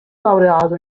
laureato